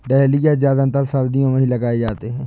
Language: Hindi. डहलिया ज्यादातर सर्दियो मे ही लगाये जाते है